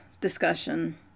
discussion